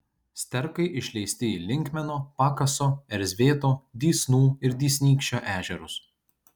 sterkai išleisti į linkmeno pakaso erzvėto dysnų ir dysnykščio ežerus